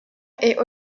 est